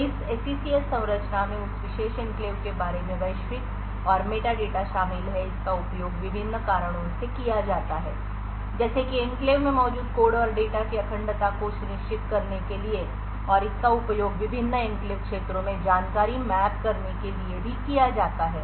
तो इस SECS संरचना में उस विशेष एन्क्लेव के बारे में वैश्विक और मेटा डेटा शामिल है इसका उपयोग विभिन्न कारणों से किया जाता है जैसे कि एन्क्लेव में मौजूद कोड और डेटा की अखंडता को सुनिश्चित करने के लिए और इसका उपयोग विभिन्न एन्क्लेव क्षेत्रों में जानकारी मैप करने के लिए भी किया जाता है